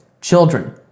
children